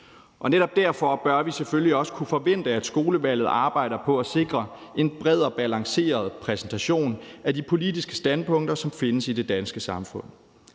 og netop derfor bør vi selvfølgelig også kunne forvente, at skolevalget arbejder på at sikre en bred og balanceret præsentation af de politiske standpunkter, som findes i det danske samfund.